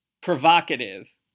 provocative